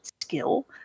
skill